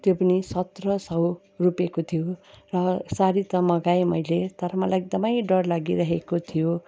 त्यो पनि सत्र सय रुपियाँको थियो र सारी त मगाएँ मैले तर मलाई एकदमै डर लागिरहेको थियो